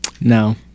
No